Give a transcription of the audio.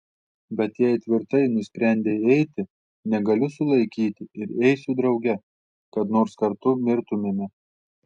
bet jei tvirtai nusprendei eiti negaliu sulaikyti ir eisiu drauge kad nors kartu mirtumėme